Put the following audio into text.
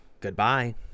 Goodbye